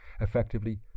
effectively